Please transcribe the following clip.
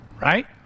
right